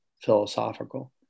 philosophical